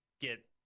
get